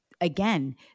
Again